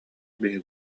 биһиги